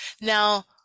now